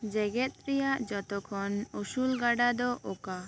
ᱡᱮᱜᱮᱫ ᱨᱮᱭᱟᱜ ᱡᱷᱚᱛᱚ ᱠᱷᱚᱱ ᱩᱥᱩᱞ ᱜᱟᱰᱟ ᱫᱚ ᱚᱠᱟ